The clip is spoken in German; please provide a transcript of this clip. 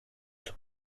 zum